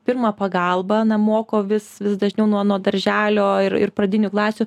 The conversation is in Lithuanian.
pirmą pagalbą na moko vis vis dažniau nuo nuo darželio ir ir pradinių klasių